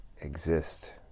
exist